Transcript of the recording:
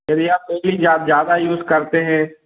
यदि आप कोई चीज जा ज्यादा यूज़ करते हैं